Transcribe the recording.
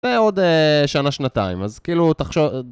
ועוד שנה-שנתיים, אז כאילו תחשוב